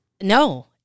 No